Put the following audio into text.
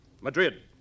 Madrid